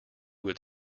would